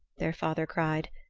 their father cried.